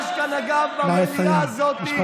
יש כאן, אגב, במליאה הזאת, נא לסיים.